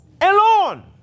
alone